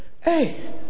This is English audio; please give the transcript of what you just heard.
Hey